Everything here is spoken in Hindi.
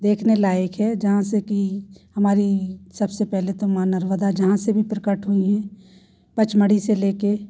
देखने लायक है जहाँ से कि हमारी सबसे पहले तो माँ नर्मदा जहाँ से भी प्रकट हुई हैं पचमढ़ी से लेके